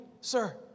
sir